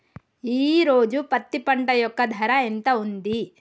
ఈ రోజు పత్తి పంట యొక్క ధర ఎంత ఉంది?